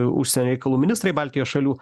užsienio reikalų ministrai baltijos šalių